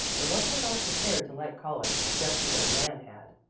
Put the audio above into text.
and wasn't at all prepared to like college just because nan had.